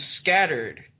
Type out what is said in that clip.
scattered